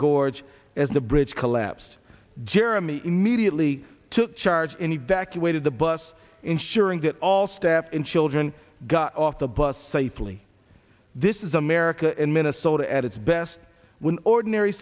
gorge as the bridge collapsed jeremy immediately took charge in evacuated the bus ensuring that all staff and children got off the bus safely this is america in minnesota at its best when ordinary